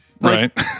Right